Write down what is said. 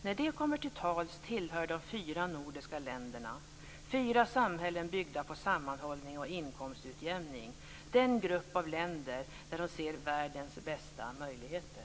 När de kommer till tals tillhör de fyra nordiska länderna, fyra samhällen byggda på sammanhållning och inkomstutjämning, den grupp av länder där de ser världens bästa möjligheter.